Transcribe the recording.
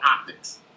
optics